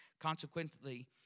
Consequently